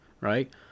right